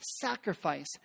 sacrifice